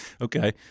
Okay